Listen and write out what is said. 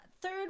third